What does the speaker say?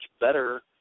better